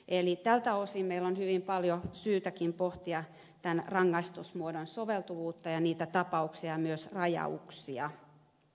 eli tältä osin meillä on hyvin paljon syytäkin pohtia tämän rangaistusmuodon soveltuvuutta ja niitä tapauksia ja myös rajauksia